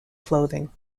clothing